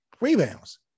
rebounds